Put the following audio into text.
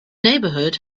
neighbourhood